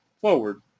forward